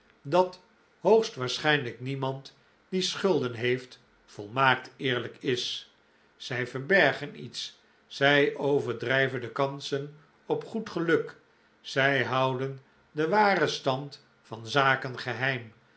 dat hoogstwaarschijnlijk niemand die schulden heeft volmaakt eerlijk is zij verbergen iets zij overdrijven de kansen op goed geluk zij houden den waren stand van zaken geheim